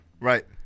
Right